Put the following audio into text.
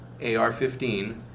AR-15